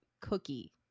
cookie